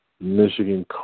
Michigan